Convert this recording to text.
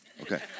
Okay